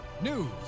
news